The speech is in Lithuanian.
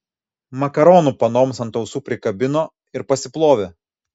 makaronų panoms ant ausų prikabino ir pasiplovė